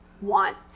want